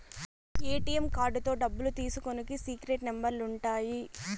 ATM కార్డుతో డబ్బులు తీసుకునికి సీక్రెట్ నెంబర్లు ఉంటాయి